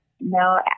No